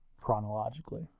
chronologically